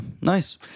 nice